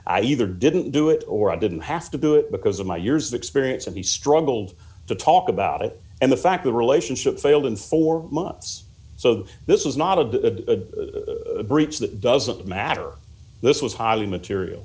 i either didn't do it or i didn't have to do it because of my years of experience and he struggled to talk about it and the fact the relationship failed and for months so that this was not a breach that doesn't matter this was highly material